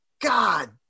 God